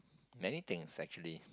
many things actually